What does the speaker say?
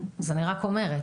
אז אני רק אומרת.